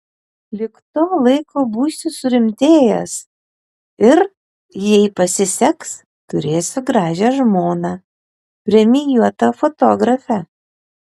lig to laiko būsiu surimtėjęs ir jei pasiseks turėsiu gražią žmoną premijuotą fotografę